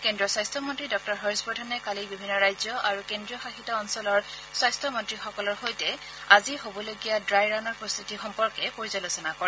কেন্দ্ৰীয় স্বাস্থ্য মন্ত্ৰী ডাঃ হৰ্ষবৰ্ধনে কালি বিভিন্ন ৰাজ্য আৰু কেন্দ্ৰীয়শাসিত অঞ্চলৰ স্বাস্থ্য মন্ত্ৰীসকলৰ সৈতে আজি হ'বলগীয়া ড়াই ৰাণৰ প্ৰস্তুতি সম্পৰ্কে পৰ্য্যালোচনা কৰে